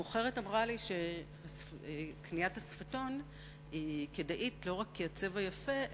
המוכרת אמרה לי שקניית השפתון כדאית לא רק כי הצבע יפה,